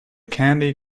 candy